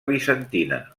bizantina